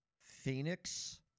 Phoenix